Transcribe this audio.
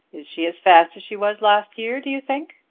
is she as fast as she was last year, do you think?